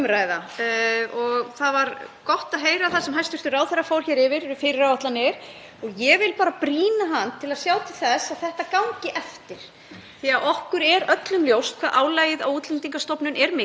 því að okkur er öllum ljóst hve álagið á Útlendingastofnun er mikið, hefur vaxið mikið á síðustu árum og mun koma til með að vaxa. Það er algjörlega nauðsynlegt að við beitum nýjustu tækni til að